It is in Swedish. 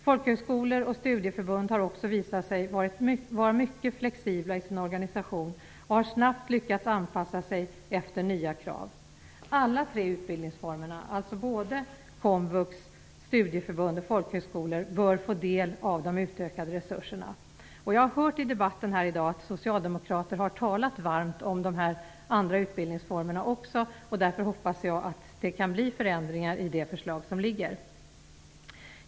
Folkhögskolor och studieförbund har också visat sig vara mycket flexibla i sin organisation och har snabbt lyckats anpassa sig efter nya krav. Alla tre utbildningsformerna, alltså komvux, studieförbund och folkhögskolor, bör få del av de utökade resurserna. Jag har hört i debatten här i dag att socialdemokrater har talat varmt om de här andra utbildningsformerna också, och därför hoppas jag att det kan bli förändringar i det föreliggande förslaget.